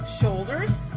shoulders